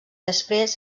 després